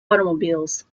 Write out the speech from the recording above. automobiles